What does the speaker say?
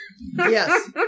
Yes